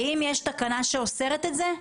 האם יש תקנה שאוסרת את זה?